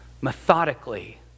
methodically